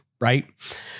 right